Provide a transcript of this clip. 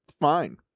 fine